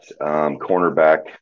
cornerback